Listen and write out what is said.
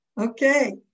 Okay